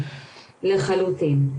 לחלוטין.